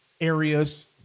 areas